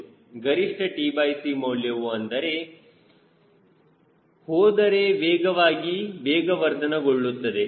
ಗರಿಷ್ಠtc ಮೌಲ್ಯವು ಮುಂದೆ ಹೋದರೆ ವೇಗವಾಗಿ ವೇಗವರ್ಧನೆಗೊಳ್ಳುತ್ತದೆ